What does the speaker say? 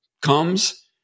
comes